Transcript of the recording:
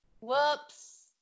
whoops